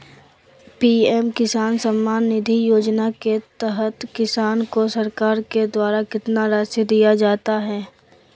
PM किसान सम्मान निधि योजना के तहत किसान को सरकार के द्वारा कितना रासि दिया जाता है?